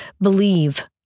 believe